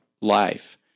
life